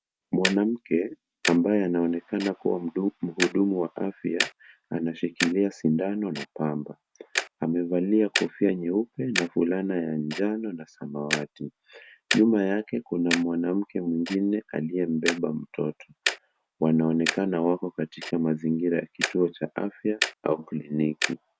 Mwanamke ambaye anaonekana kuwa mhudumu wa afya, anashikilia sindano na pamba. Amevalia kofia nyeupe na fulana ya njano na samawati. Nyuma yake kuna mwanamke mwingine aliyembeba mtoto. Wanaonekana wako katika mazingira ya kituo cha afya au kliniki.